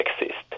exist